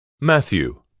Matthew